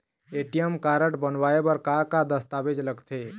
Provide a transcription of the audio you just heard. ATM card बनवाए बर का का दस्तावेज लगथे?